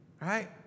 right